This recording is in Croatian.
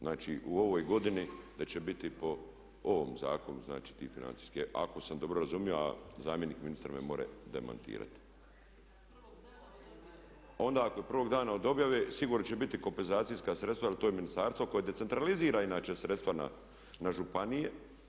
Znači u ovoj godini da će biti po ovom zakonu znači ti financijski, ako sam dobro razumio, a zamjenik ministra me može demantirati. … [[Upadica se ne razumije.]] Onda ako je prvog dana od objave sigurno će biti kompenzacijska sredstva jer to je ministarstvo koje decentralizira inače sredstva na županije.